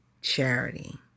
charity